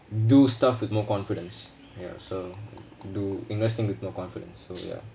do stuff with more confidence ya so do investing with no confidence so ya